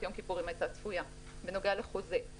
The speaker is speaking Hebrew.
יום הכיפור הייתה צפויה בנוגע לחוזה,